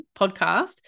podcast